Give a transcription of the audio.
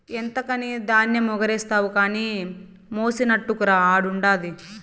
ఎంతకని ధాన్యమెగారేస్తావు కానీ మెసినట్టుకురా ఆడుండాది